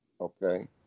okay